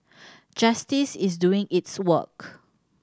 justice is doing its work